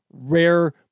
rare